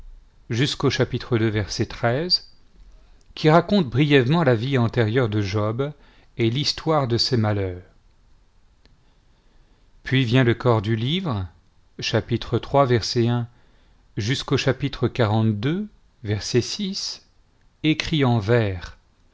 jusqu'au qui raconte brièvement la vie antérieure de job et l'histoire de ses malheurs puis vient le corps du livre iii jusqu'au x écrit en vers